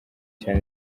cya